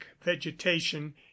vegetation